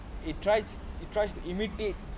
it tries it tries to imitate